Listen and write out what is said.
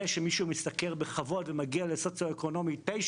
שמישהו משתכר בכבוד ומגיע לסוציו אקונומי 9,